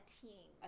team